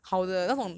okay okay lah okay lah